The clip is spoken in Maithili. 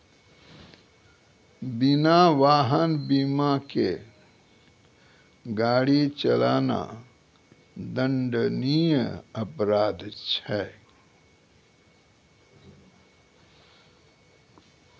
बिना वाहन बीमा के गाड़ी चलाना दंडनीय अपराध छै